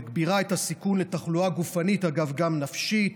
מגבירה את הסיכון לתחלואה גופנית, אגב, גם נפשית,